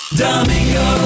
Domingo